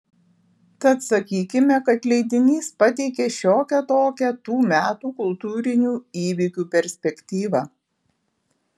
tad sakykime kad leidinys pateikė šiokią tokią tų metų kultūrinių įvykių perspektyvą